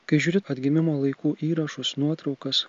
kai žiūri atgimimo laikų įrašus nuotraukas